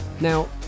Now